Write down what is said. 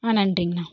ஆ நன்றிங்கண்ணா